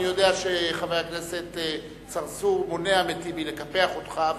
אני יודע שחבר הכנסת צרצור מונע מטיבי לקפח אותך,